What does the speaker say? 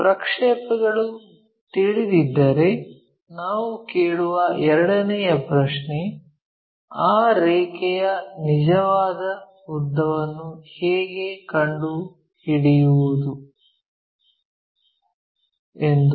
ಪ್ರಕ್ಷೇಪಗಳು ತಿಳಿದಿದ್ದರೆ ನಾವು ಕೇಳುವ ಎರಡನೆಯ ಪ್ರಶ್ನೆ ಆ ರೇಖೆಯ ನಿಜವಾದ ಉದ್ದವನ್ನು ಹೇಗೆ ಕಂಡುಹಿಡಿಯುವುದು ಎಂದು